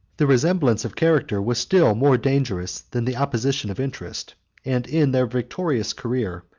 the resemblance of character was still more dangerous than the opposition of interest and in their victorious career,